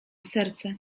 serce